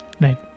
Right